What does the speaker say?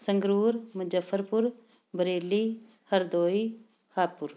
Sangrur Muzaffarpur Bareilly Hardoi Harpur